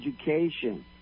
education